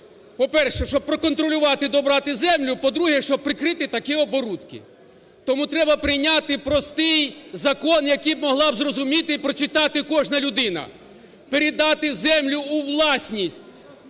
По-перше, щоб проконтролювати, добрати землю. По-друге, щоб прикрити такі оборудки. Тому треба прийняти простий закон, який могла б зрозуміти і прочитати кожна людина. Передати землю у власність